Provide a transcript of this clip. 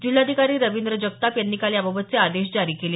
जिल्हाधिकारी रविंद्र जगताप यांनी काल याबाबतचे आदेश जारी केले